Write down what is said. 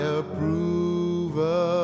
approval